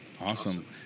Awesome